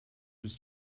was